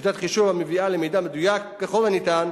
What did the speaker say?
שיטת חישוב המביאה למידע מדויק ככל הניתן,